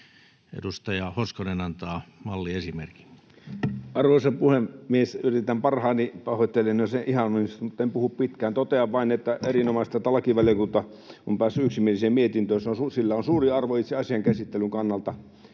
muuttamisesta Time: 14:24 Content: Arvoisa puhemies! Yritän parhaani. Pahoittelen, jos en ihan onnistu, mutta en puhu pitkään. Totean vain, että on erinomaista, että lakivaliokunta on päässyt yksimieliseen mietintöön. Sillä on suuri arvo itse asian käsittelyn kannalta.